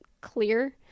clear